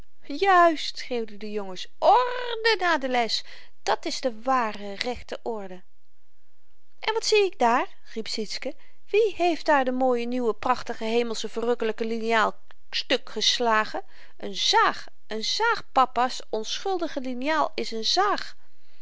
juist schreeuwden de jongens orrrde na de les dat is de ware rechte orde en wat zie ik daar riep sietske wie heeft daar de mooie nieuwe prachtige hemelsche verrukkelyke liniaal stuk geslagen n zaag n zaag papa's onschuldige liniaal is n zaag